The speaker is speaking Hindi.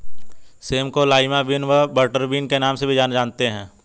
सेम को लाईमा बिन व बटरबिन के नाम से भी जानते हैं